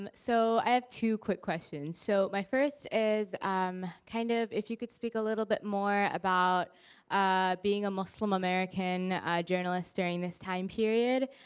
and so i have two quick questions. so my first is um kind of if you could speak a little bit more about being a muslim-american journalist during this time period.